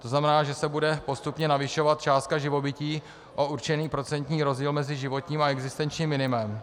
To znamená, že se bude postupně navyšovat částka živobytí o určený procentní rozdíl mezi životním a existenčním minimem.